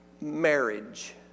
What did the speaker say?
Marriage